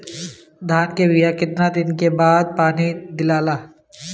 धान के बिया मे कितना दिन के बाद पानी दियाला?